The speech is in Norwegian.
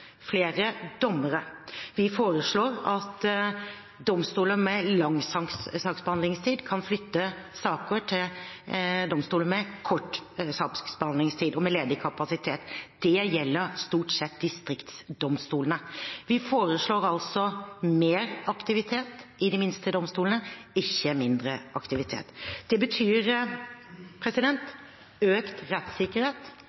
flere dommere. Vi foreslår at domstoler med lang saksbehandlingstid, kan flytte saker til domstoler med kort saksbehandlingstid og med ledig kapasitet. Det gjelder stort sett distriktsdomstolene. Vi foreslår altså mer aktivitet i de minste domstolene, ikke mindre aktivitet. Det betyr